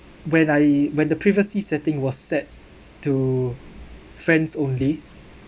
when I when the privacy setting was set to friends only